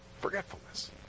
Forgetfulness